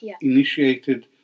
initiated